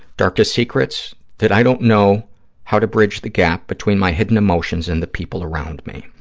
darkest secrets, that i don't know how to bridge the gap between my hidden emotions and the people around me.